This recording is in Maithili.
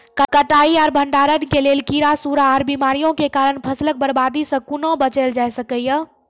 कटाई आर भंडारण के लेल कीड़ा, सूड़ा आर बीमारियों के कारण फसलक बर्बादी सॅ कूना बचेल जाय सकै ये?